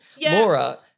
Laura